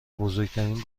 بزرگترین